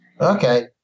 Okay